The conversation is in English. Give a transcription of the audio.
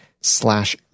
slash